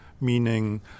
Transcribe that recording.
meaning